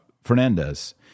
Fernandez